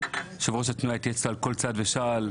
יושב-ראש התנועה התייעץ איתו על כל צעד ושעל.